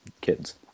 kids